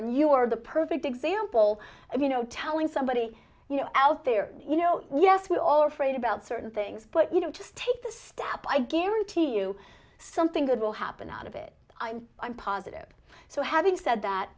fear you are the perfect example of you know telling somebody you know out there you know yes we all are afraid about certain things but you know just take this step i guarantee you something good will happen out of it i'm i'm positive so having said that